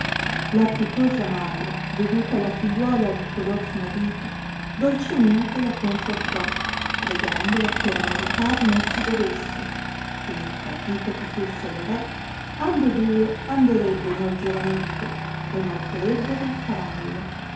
la pietosa madre veduta la figliuola di color smarrita dolcemente la confortò pregandola che rammaricare non si dovesse che partito che fusse il re ambedue anderebbeno al giovanetto e mercarebbero il cavallo